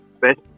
Best